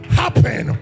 happen